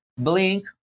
Blink